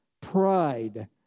pride